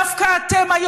דווקא אתם,